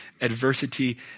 adversity